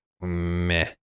meh